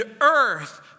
earth